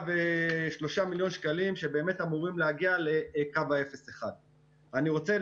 ו-103 מיליון שבאמת אמורים להגיע לקו האפס עד אחד קילומטר.